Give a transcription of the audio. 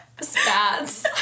spats